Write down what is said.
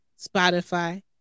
Spotify